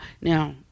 Now